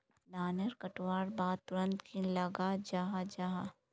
धानेर कटवार बाद तुरंत की लगा जाहा जाहा?